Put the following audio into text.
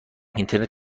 اینترنت